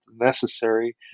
necessary